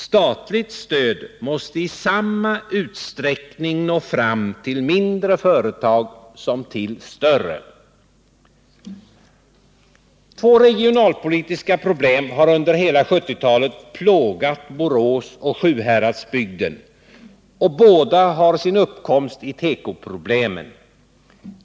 Statligt stöd måste i samma utsträckning nå fram till mindre företag som till större. Två regionalpolitiska problem har under hela 1970-talet plågat Borås och Sjuhäradsbygden, och båda har sin uppkomst i tekoproblemen.